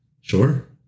Sure